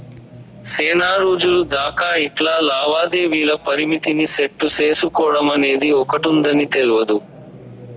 సేనారోజులు దాకా ఇట్లా లావాదేవీల పరిమితిని సెట్టు సేసుకోడమనేది ఒకటుందని తెల్వదు